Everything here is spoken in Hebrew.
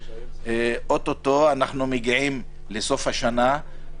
שאו-טו-טו אנחנו מגיעים לסוף השנה,